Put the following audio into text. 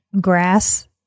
Grass